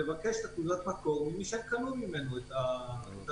לבקש את תעודת המקור ממי שהם קנו ממנו את הרכב.